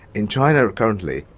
in china currently,